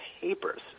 papers